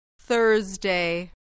Thursday